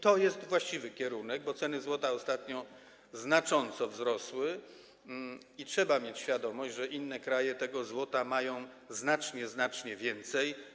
To jest właściwy kierunek, bo ceny złota ostatnio znacząco wzrosły i trzeba mieć świadomość, że inne kraje mają go znacznie więcej.